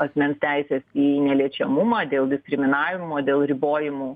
asmens teisės į neliečiamumą dėl diskriminavimo dėl ribojimų